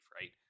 right